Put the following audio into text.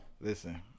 listen